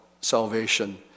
salvation